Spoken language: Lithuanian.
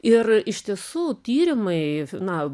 ir iš tiesų tyrimai na